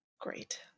Great